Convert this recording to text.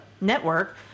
network